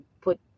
put